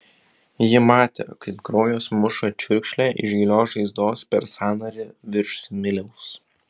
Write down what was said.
ji matė kaip kraujas muša čiurkšle iš gilios žaizdos per sąnarį virš smiliaus